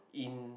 in